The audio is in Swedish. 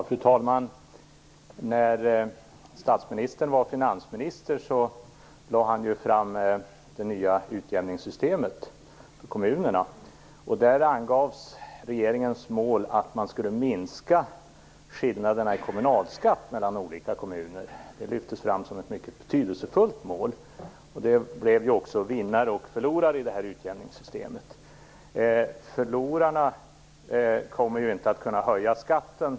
Fru talman! När statsministern var finansminister lade han fram förslag om det nya utjämningssystemet för kommunerna. Där angavs regeringens mål vara att man skulle minska skillnaderna i kommunalskatt mellan olika kommuner. Det lyftes fram som ett mycket betydelsefullt mål. Det blev också vinnare och förlorare i det här utjämningssystemet. Förlorarna kommer inte att kunna höja skatten.